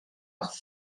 auch